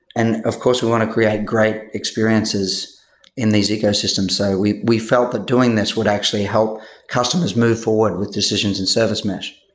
and of course, we want to create great experiences in these ecosystems. so we we felt that doing this would actually help customers move forward with decisions and service mesh.